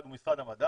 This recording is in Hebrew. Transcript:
אחד זה משרד המדע,